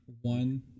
one